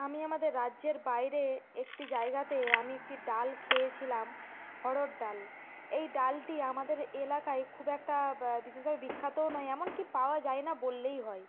আমি আমাদের রাজ্যের বাইরে একটি জায়গাতে আমি একটি ডাল খেয়েছিলাম অড়হর ডাল এই ডালটি আমাদের এলাকায় খুব একটা ব্যা বিশেষভাবে বিখ্যাত নয় এমনকি পাওয়া যায় না বললেই হয়